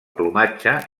plomatge